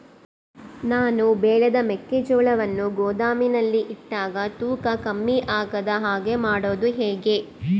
ನಾನು ಬೆಳೆದ ಮೆಕ್ಕಿಜೋಳವನ್ನು ಗೋದಾಮಿನಲ್ಲಿ ಇಟ್ಟಾಗ ತೂಕ ಕಮ್ಮಿ ಆಗದ ಹಾಗೆ ಮಾಡೋದು ಹೇಗೆ?